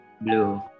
Blue